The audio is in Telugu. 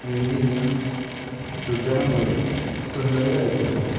వేడి నీళ్ళతో రుద్దడం వల్ల తొందరగా అయిపోతుంది